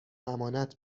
امانت